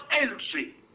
entry